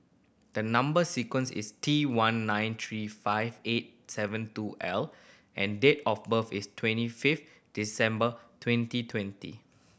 the number sequence is T one nine three five eight seven two L and date of birth is twenty fiftth December twenty twenty